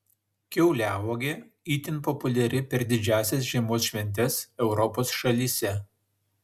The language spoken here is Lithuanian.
kiauliauogė itin populiari per didžiąsias žiemos šventes europos šalyse